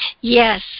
Yes